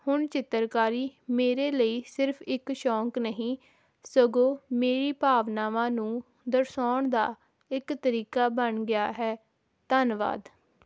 ਹੁਣ ਚਿੱਤਰਕਾਰੀ ਮੇਰੇ ਲਈ ਸਿਰਫ ਇੱਕ ਸ਼ੌਂਕ ਨਹੀਂ ਸਗੋਂ ਮੇਰੀ ਭਾਵਨਾਵਾਂ ਨੂੰ ਦਰਸਾਉਣ ਦਾ ਇੱਕ ਤਰੀਕਾ ਬਣ ਗਿਆ ਹੈ ਧੰਨਵਾਦ